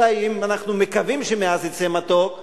אולי אם אנחנו מקווים שמעז יצא מתוק,